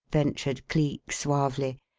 ventured cleek suavely.